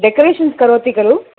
decorations करोति खलु